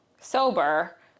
sober